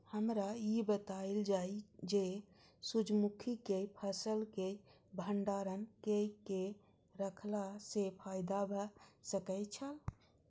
हमरा ई बतायल जाए जे सूर्य मुखी केय फसल केय भंडारण केय के रखला सं फायदा भ सकेय छल?